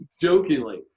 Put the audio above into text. jokingly